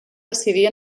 decidir